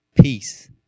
peace